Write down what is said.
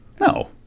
No